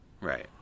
Right